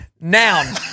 Noun